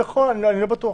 אני לא בטוח.